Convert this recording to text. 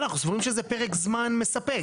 אנחנו סבורים שזה פרק זמן מספק.